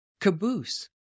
caboose